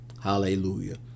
hallelujah